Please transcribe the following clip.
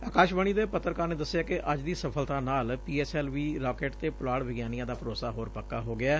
ਅਕਾਸ਼ਵਾਣੀ ਦੇ ਪੱਤਰਕਾਰ ਨੇ ਦਸਿਐ ਕਿ ਅੱਜ ਦੀ ਸਫ਼ਲਤਾ ਨਾਲ P S L V rocket ਤੇ ਪੁਲਾੜ ਵਿਗਿਆਨੀਆਂ ਦਾ ਭਰੋਸਾ ਹੋਰ ਪੱਕਾ ਹੋ ਗਿਐ